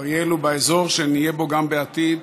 ואריאל הוא באזור שנהיה בו גם בעתיד.